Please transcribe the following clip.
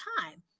time